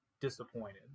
disappointed